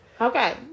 Okay